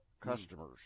customers